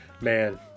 Man